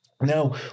Now